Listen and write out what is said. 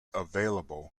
available